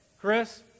Chris